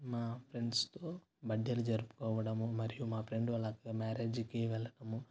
మా ఫ్రెండ్స్తో బర్త్డేలు జరుపుకోవడము మరియు మా ఫ్రెండ్ వాళ్ళ అక్క మ్యారేజుకి వెళ్ళడము